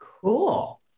Cool